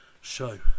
show